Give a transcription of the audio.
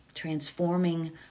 transforming